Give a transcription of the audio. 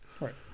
Right